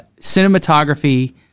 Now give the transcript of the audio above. cinematography